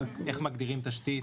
איך מגדירים תשתית